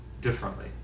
differently